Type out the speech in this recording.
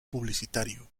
publicitario